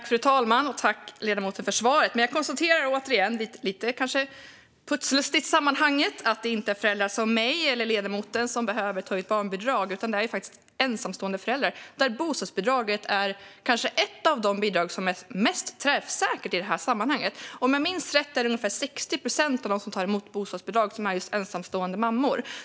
Fru talman! Tack, ledamoten, för svaret! Jag konstaterar dock - kanske lite putslustigt i sammanhanget - att det inte är föräldrar som jag själv eller ledamoten som behöver barnbidrag, utan det är ensamstående föräldrar. I det här sammanhanget är bostadsbidraget kanske ett av de bidrag som är mest träffsäkra. Om jag minns är det ungefär 60 procent av dem som tar emot bostadsbidrag som är just ensamstående mammor.